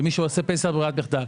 למי שעושה פנסיה ברירת מחדל.